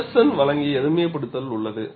ஃபெடெர்சன் வழங்கிய எளிமைப்படுத்தல் உள்ளது